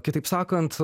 kitaip sakant